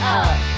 up